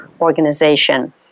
organization